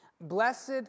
Blessed